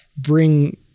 bring